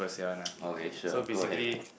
okay sure go ahead man